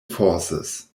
forces